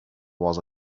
was